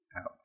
out